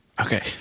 Okay